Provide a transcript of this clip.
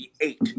eight